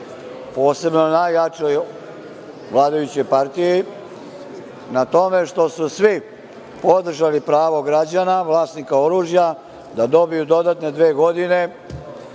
posebno najjačoj vladajućoj partiji, na tome što su svi podržali pravo građana vlasnika oružja da dobiju dodatne dve godine